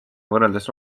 võrreldes